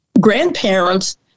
grandparents